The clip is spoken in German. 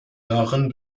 darin